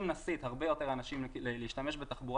אם נסיט הרבה יותר אנשים להשתמש בתחבורה